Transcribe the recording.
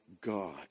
God